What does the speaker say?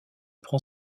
prend